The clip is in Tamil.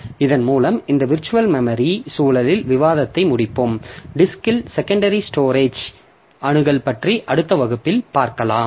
இதன் மூலம் இந்த விர்ச்சுவல் மெமரி சூழலில் விவாதத்தை முடிப்போம் டிஸ்கில் செகண்டரி ஸ்டோரேஜ் அணுகல் பற்றி அடுத்த வகுப்பில் பார்க்கலாம்